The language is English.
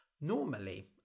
Normally